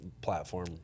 platform